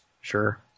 Sure